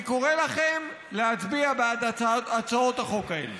אני קורא לכם להצביע בעד הצעות החוק האלה.